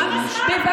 מה זה?